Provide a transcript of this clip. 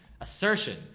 Assertion